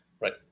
Right